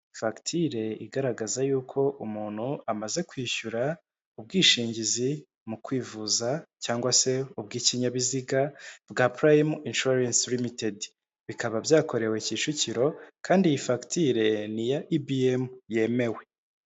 Fagitire igaragaza yuko umuntu amaze kwishyura ubwishingizi mu kwivuza cyangwa se ubw'ikinyabiziga, bwa purayimu inshuwarensi rimitedi. Bikaba byakorewe kicukiro, kandi iyi fagitire ni iya IBM yemewe.